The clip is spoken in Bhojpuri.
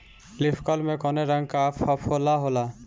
लीफ कल में कौने रंग का फफोला होला?